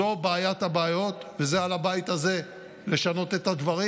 זו בעיית הבעיות, ועל הבית הזה לשנות את הדברים.